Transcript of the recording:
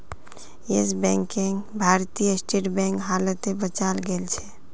yes बैंकक भारतीय state bank हालते बचाल गेलछेक